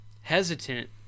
hesitant